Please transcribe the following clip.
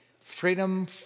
Freedom